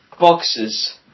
boxes